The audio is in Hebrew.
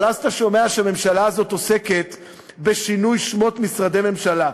אבל אז אתה שומע שהממשלה הזאת עוסקת בשינוי שמות משרדי ממשלה.